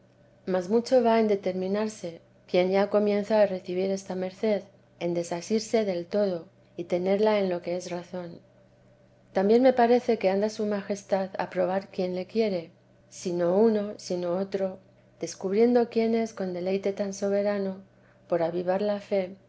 mas mucho va en determinarse quien ya comienza a recibir esta merced en desasirse de todo y tenerla en lo que es razón también me parece que anda su majestad a probar quién le quiere si no uno si no otro descubriendo quién es con deleite tan soberano por avivar la fe